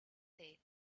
day